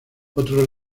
otro